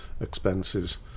expenses